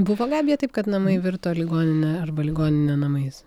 buvo gabija taip kad namai virto ligonine arba ligoninė namais